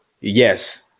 Yes